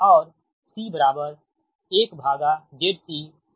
और C 1ZCsinh γl है